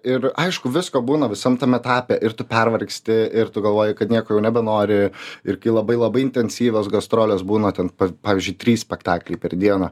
ir aišku visko būna visam tam etape ir tu pervargsti ir tu galvoji kad nieko jau nebenori ir kai labai labai intensyvios gastrolės būna ten pavyzdžiui trys spektakliai per dieną